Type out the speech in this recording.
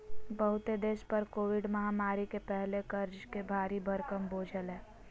बहुते देश पर कोविड महामारी के पहले कर्ज के भारी भरकम बोझ हलय